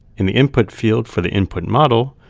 in the input field for the input model,